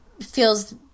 feels